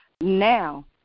Now